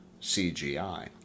CGI